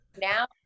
now